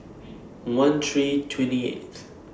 one three twenty eighth